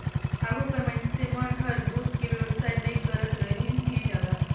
आघु कर मइनसे मन हर दूद के बेवसाय नई करतरहिन हें जादा